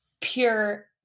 pure